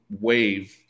wave